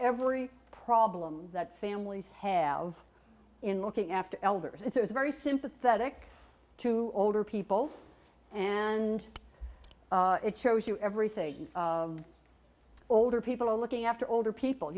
every problem that families have in looking after elders it's very sympathetic to older people and it shows you everything older people are looking after older people